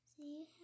see